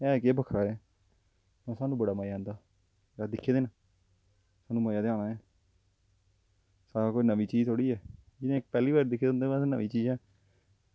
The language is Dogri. है गै बक्खरा ऐ एह् सानूं बड़ा मज़ा आंदा असें दिक्खे न सानूं मज़ा ते आना गै ऐ साढ़ै आस्तै कोई नमीं चीज़ थोह्ड़ी ऐ जि'नें पैह्ली बारी दिक्खेआ उं'दे बास्तै नमीं चीज़ ऐ